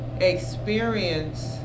experience